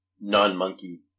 non-monkey